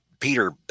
Peter